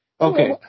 Okay